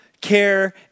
care